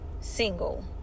single